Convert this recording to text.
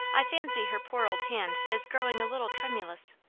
i fancy her poor old hand is growing a little tremulous.